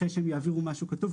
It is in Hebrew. אחרי שהם יעבירו משהו כתוב,